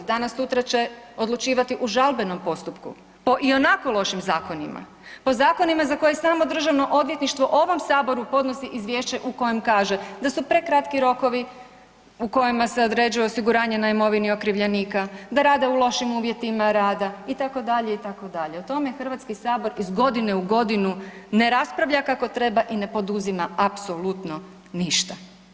Danas sutra će odlučivati u žalbenom postupku po ionako lošim zakonima, po zakonima za koje samo Državno odvjetništvo ovom Saboru podnosi izvješće u kojem kaže da su prekratki rokovi u kojima se određuje osiguranje na imovini okrivljenika, da rade u lošim uvjetima rada itd., itd. o tome Hrvatski sabor iz godine u godinu ne raspravlja kako treba i ne poduzima apsolutno ništa.